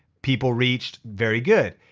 people reached very good.